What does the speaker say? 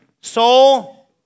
soul